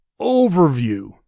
overview